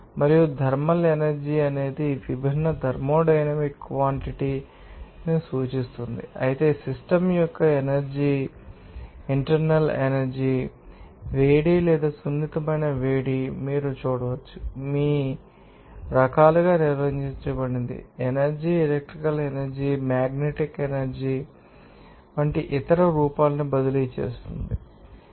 మరియు thermal energy ఇది అనేక విభిన్న థర్మోడైనమిక్ క్వాన్టటి ను సూచిస్తుంది అయితే సిస్టమ్ యొక్క ఇంటర్నల్ ఎనర్జీ వేడి లేదా సున్నితమైన వేడి మీరు చూడవచ్చు మీ రకాలుగా నిర్వచించబడినది energy electrical energy magnetic energy పని వంటి ఇతర రూపాలను బదిలీ చేస్తుందని మీకు తెలుసు